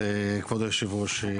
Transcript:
כבוד היושב-ראש,